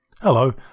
Hello